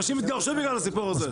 אנשים התגרשו בגלל הסיפור הזה.